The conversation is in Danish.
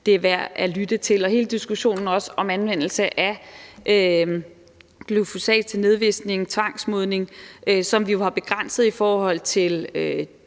det er værd at lytte til. Og så er der hele diskussionen om anvendelse af glyfosat til nedvisning og tvangsmodning, som vi har begrænset i forhold til